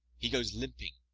he goes limping,